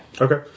okay